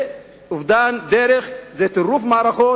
זה אובדן דרך, זה טירוף מערכות,